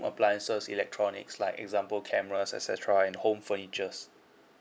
appliance electronics like example cameras et cetera home furniture